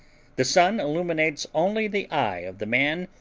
the sun illuminates only the eye of the man,